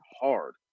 hard